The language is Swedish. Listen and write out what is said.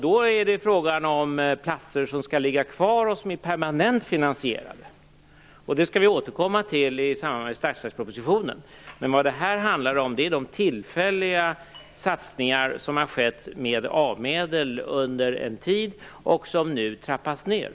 Då är det fråga om platser som skall finnas kvar, och som är permanent finansierade. Detta skall vi återkomma till i samband med statsverkspropositionen. Vad det här handlar om är de tillfälliga satsningar som har skett med a-medel under en tid och som nu trappas ned.